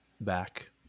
back